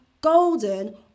golden